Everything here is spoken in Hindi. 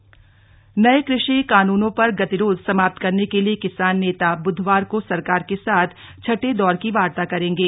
कृषि कानून गतिरोध नये कृषि कानूनों पर गतिरोध समाप्त करने के लिए किसान नेता बुधवार को सरकार के साथ छठे दौर की वार्ता करेंगे